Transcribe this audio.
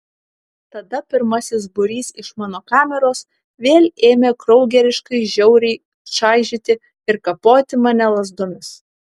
tada pirmasis būrys iš mano kameros vėl ėmė kraugeriškai žiauriai čaižyti ir kapoti mane lazdomis